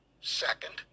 Second